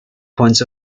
points